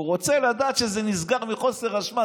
הוא רוצה לדעת שזה נסגר מחוסר אשמה,